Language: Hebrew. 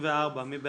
86 מי בעד?